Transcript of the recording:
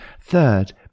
Third